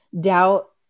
doubt